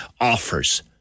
offers